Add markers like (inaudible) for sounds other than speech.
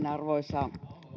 (unintelligible) arvoisa